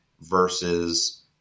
versus